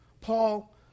Paul